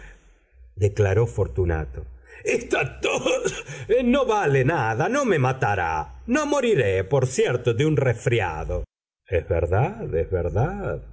declaró fortunato esta tos no vale nada no me matará no moriré por cierto de un resfriado es verdad es verdad